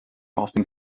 often